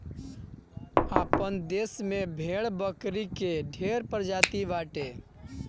आपन देस में भेड़ बकरी कअ ढेर प्रजाति बाटे